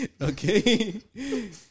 Okay